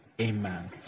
Amen